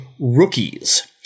rookies